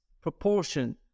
proportion